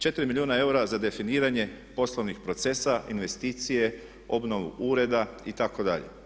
4 milijuna eura za definiranje poslovnih procesa, investicije, obnovu ureda itd.